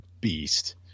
beast